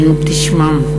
תשמע,